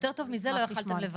שימי, יותר טוב מזה לא יכולתם לבקש.